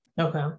Okay